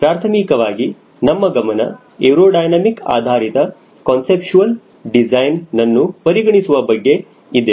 ಪ್ರಾಥಮಿಕವಾಗಿ ನಮ್ಮ ಗಮನ ಏರೋಡೈನಮಿಕ್ ಆಧಾರಿತ ಕನ್ಸಿಪ್ಚುವಲ್ ಡಿಸೈನ್ ನನ್ನು ಪರಿಗಣಿಸುವ ಬಗ್ಗೆ ಇದೆ